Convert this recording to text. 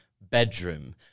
bedroom